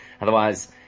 Otherwise